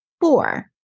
Four